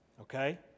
Okay